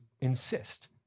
insist